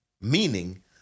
meaning